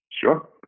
Sure